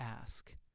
ask